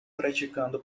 praticando